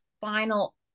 final